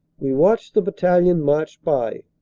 we watch the battalion march by,